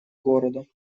города